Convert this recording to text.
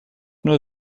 nur